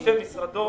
בתקופת הקורונה,